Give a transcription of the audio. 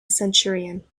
centurion